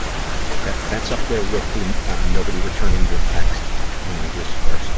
yeah, that, that's up there with the nobody returning your text and you just are